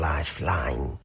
Lifeline